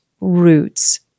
roots